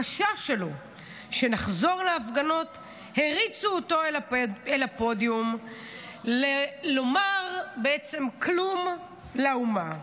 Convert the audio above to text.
החשש שלו שנחזור להפגנות הריץ אותו אל הפודיום לומר בעצם כלום לאומה.